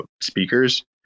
speakers